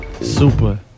super